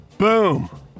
Boom